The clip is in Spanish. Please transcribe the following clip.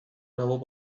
grabó